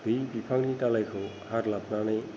बै बिफांनि दालायखौ हादलाबनानै